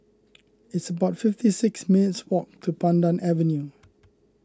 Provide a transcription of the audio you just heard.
it's about fifty six minutes' walk to Pandan Avenue